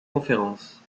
conférences